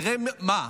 תראה מה.